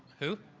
who?